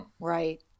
right